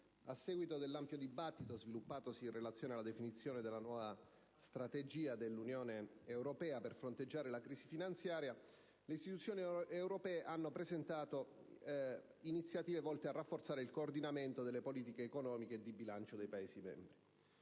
a seguito dell'ampio dibattito, sviluppatosi in relazione alla definizione della nuova strategia dell'Unione europea per fronteggiare la crisi finanziaria, le istituzioni europee hanno presentato iniziative volte a rafforzare il coordinamento delle politiche economiche e di bilancio dei Paesi membri.